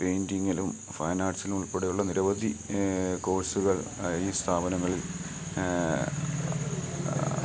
പൈൻറ്റിങ്ങിലും fine ആർട്സിലും കൂടെയുള്ള നിരവധി കോഴ്സുകൾ ഈ സ്ഥാപനങ്ങളിൽ